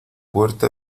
puerta